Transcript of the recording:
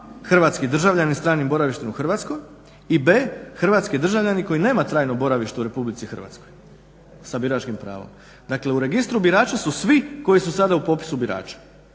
hrvatski državljanin sa stranim boravištem u Hrvatskoj i b) hrvatski državljanin koji nema trajno boravište u RH sa biračkim pravom. Dakle, u registru birača su svi koji su sada u popisu birača,